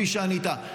כפי שענית,